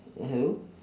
ya hello